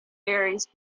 varies